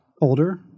Older